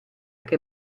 che